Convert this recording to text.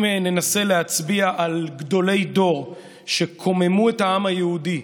אם ננסה להצביע על גדולי דור שקוממו את העם היהודי,